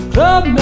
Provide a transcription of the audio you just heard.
Club